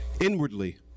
inwardly